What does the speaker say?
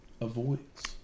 avoids